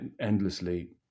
endlessly